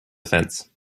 fence